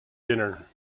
dinner